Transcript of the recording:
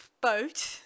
boat